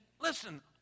listen